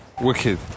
wicked